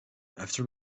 after